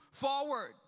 forward